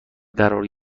قرار